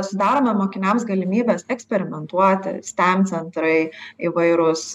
sudarome mokiniams galimybes eksperimentuoti stem centrai įvairūs